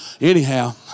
anyhow